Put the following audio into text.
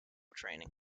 training